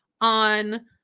on